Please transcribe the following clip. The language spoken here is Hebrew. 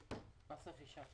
רכישה.